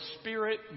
spirit